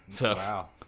Wow